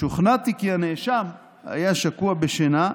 שוכנעתי כי הנאשם היה שקוע בשינה,